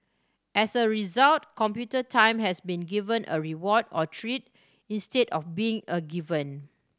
as a result computer time has been given a reward or treat instead of being a given